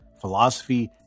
philosophy